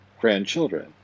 grandchildren